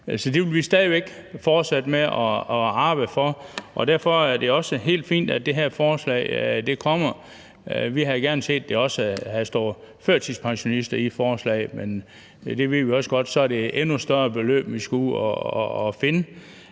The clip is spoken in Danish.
det vil vi stadig væk fortsætte med at arbejde for. Derfor er det også helt fint, at det her forslag kommer. Vi havde også gerne set, at der havde stået førtidspensionister i forslaget, men vi ved også godt, at så er det endnu større beløb, vi skal ud at finde.